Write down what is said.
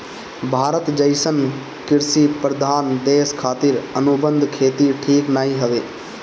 भारत जइसन कृषि प्रधान देश खातिर अनुबंध खेती ठीक नाइ हवे